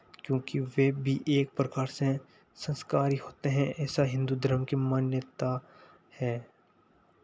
क्योंकि वे भी एक प्रकार से संस्कार ही होते हैं ऐसा हिन्दू धर्म की मान्यता है